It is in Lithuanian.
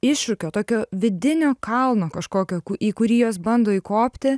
iššūkio tokio vidinio kalno kažkokio ku į kurį jos bando įkopti